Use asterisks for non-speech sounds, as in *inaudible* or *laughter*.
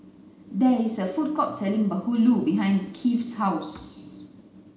there is a food court selling Bahulu behind *noise* Kieth's house